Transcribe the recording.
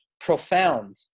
profound